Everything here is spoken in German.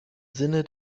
sinne